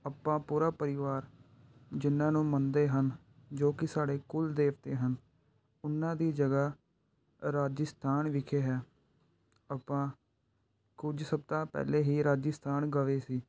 ਆਪਾਂ ਪੂਰਾ ਪਰਿਵਾਰ ਜਿੰਨਾਂ ਨੂੰ ਮੰਨਦੇ ਹਨ ਜੋ ਕਿ ਸਾਡੇ ਕੁਲ ਦੇਵਤੇ ਹਨ ਉਹਨਾਂ ਦੀ ਜਗ੍ਹਾ ਰਾਜਸਥਾਨ ਵਿਖੇ ਹੈ ਆਪਾਂ ਕੁਝ ਸਪਤਾਹ ਪਹਿਲਾਂ ਹੀ ਰਾਜਸਥਾਨ ਗਏ ਸੀ